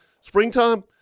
Springtime